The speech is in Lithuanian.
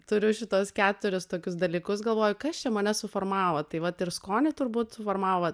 turiu šituos keturis tokius dalykus galvoju kas čia mane suformavo tai vat ir skonį turbūt suformavo